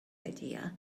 idea